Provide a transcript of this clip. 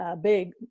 big